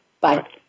Bye